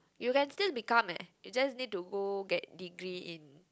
you can still become eh you just need to go get degree in